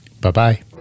Bye-bye